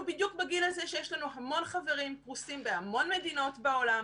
אנחנו בדיוק בגיל הזה שיש לנו המון חברים פרוסים בהמון מדינות בעולם.